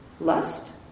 Lust